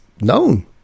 known